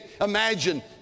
Imagine